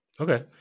Okay